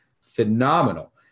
phenomenal